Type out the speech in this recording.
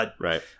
right